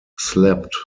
slept